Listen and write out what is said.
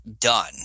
done